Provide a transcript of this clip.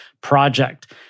project